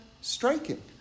striking